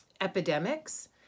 epidemics